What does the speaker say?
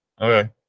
okay